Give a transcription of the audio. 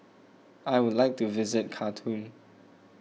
I would like to visit Khartoum